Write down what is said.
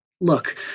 look